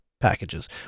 packages